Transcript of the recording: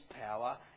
power